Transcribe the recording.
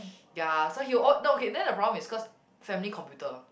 ya so he oh no okay then the problem is cause family computer